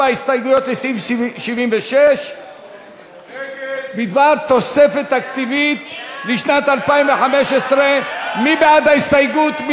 הסתייגויות לסעיף 76 בדבר תוספת תקציבית לשנת 2015. מי בעד ההסתייגויות?